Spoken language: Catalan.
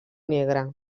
negra